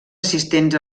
assistents